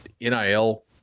nil